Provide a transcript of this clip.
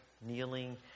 kneeling